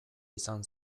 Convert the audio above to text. izan